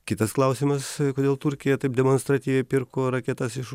kitas klausimas kodėl turkija taip demonstratyviai pirko raketas iš